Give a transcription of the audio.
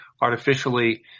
artificially